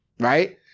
Right